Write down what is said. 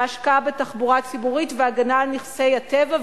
וההשקעה בתחבורה הציבורית וההגנה על נכסי הטבע,